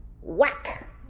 whack